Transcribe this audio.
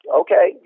okay